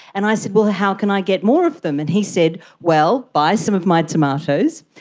and i said, well, how can i get more of them? and he said, well, buy some of my tomatoes,